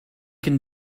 can